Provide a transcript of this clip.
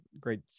great